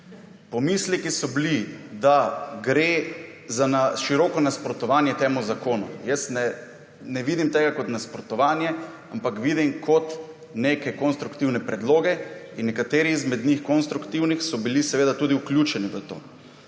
Pomisleki so bili, da gre za na široko nasprotovanje temu zakonu. Jaz ne vidim tega kot nasprotovanje, ampak vidim kot neke konstruktivne predloge in nekateri izmed njih konstruktivnih so bili seveda tudi vključeni v to.